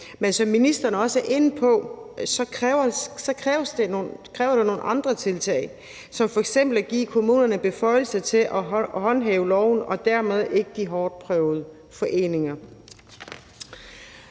Men som ministeren også er inde på, kræver det nogle andre tiltag som f.eks. at give kommunerne beføjelser til at håndhæve loven og dermed ikke de hårdtprøvede foreninger.